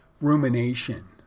rumination